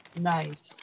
nice